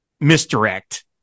misdirect